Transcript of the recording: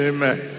Amen